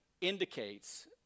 indicates